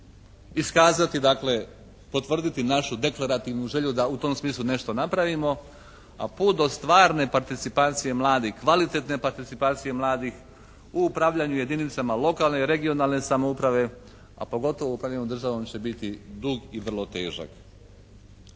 iskazati dakle, potvrditi našu deklarativnu želju da u tom smislu nešto napravimo a put do stvarne participacije mladih, kvalitetne participacije mladih u upravljanju jedinicama lokalne i regionalne samouprave a pogotovo u upravljanju državom će biti dug i vrlo težak.